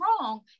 wrong